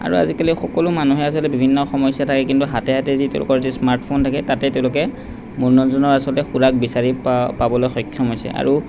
আৰু আজিকালি সকলো মানুহেই আচলতে বিভিন্ন সমস্যা থাকে কিন্তু হাতে হাতে যি তেওঁলোকৰ স্মাৰ্টফোন থাকে তাতেই তেওঁলোকে মনোৰঞ্জনৰ আচলতে খোৰাক বিচাৰি পা পাবলৈ সক্ষম হৈছে আৰু